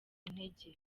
intege